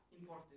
import